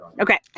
Okay